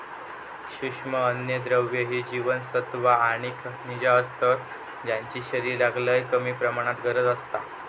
सूक्ष्म अन्नद्रव्य ही जीवनसत्वा आणि खनिजा असतत ज्यांची शरीराक लय कमी प्रमाणात गरज असता